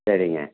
சரிங்க